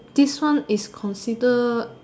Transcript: this one is considered